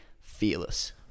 fearless